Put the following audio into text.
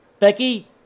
Becky